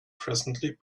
presently